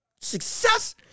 success